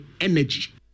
energy